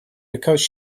because